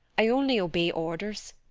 i only obey orders.